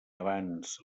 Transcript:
abans